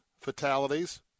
fatalities